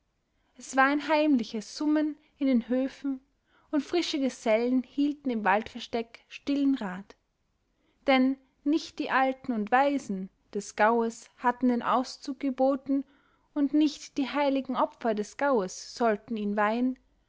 es war ein heimliches summen in den höfen und frische gesellen hielten im waldversteck stillen rat denn nicht die alten und weisen des gaues hatten den auszug geboten und nicht die heiligen opfer des gaues sollten ihn weihen